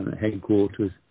headquarters